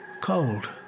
Cold